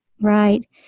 Right